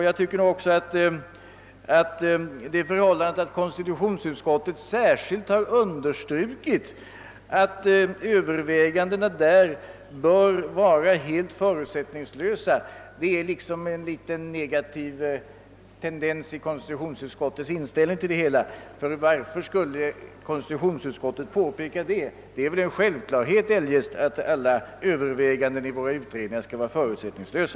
Jag tycker också att det förhållandet att konstitutionsutskottet särskilt understrukit att övervägandena där bör vara helt förutsättningslösa är ett något negativt drag i konstitutionsutskottets inställning till förslaget. Varför skulle annars konstitutionsutskottet påpeka detta? Det är väl en självklarhet att alla överväganden i våra utredningar skall vara förutsättningslösa.